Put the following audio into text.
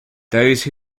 those